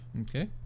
Okay